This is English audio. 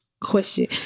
question